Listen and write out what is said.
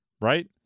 right